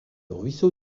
ruisseau